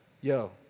yo